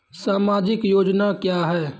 समाजिक योजना क्या हैं?